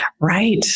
Right